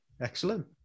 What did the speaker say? Excellent